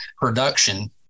production